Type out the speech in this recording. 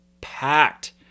packed